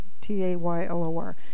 T-A-Y-L-O-R